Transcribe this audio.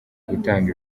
gutanga